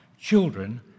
children